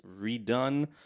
redone